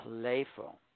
playful